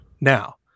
Now